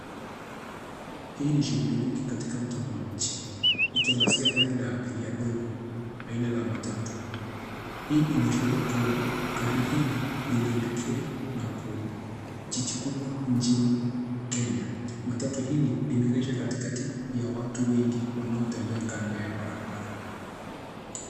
Hii ni shuguli nyingi katika mtaa wa mji, ikiangazia gari la abiria dogo aina la matatu. Hii inaashiria kuwa gari hili linaelekea na kijiji kubwa nchini Kenya, matatu hili limegeshwa katikati ya watu wengi wanaotembea kando ya barabara.